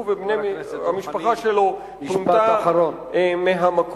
הוא ובני המשפחה שלו פונו מהמקום.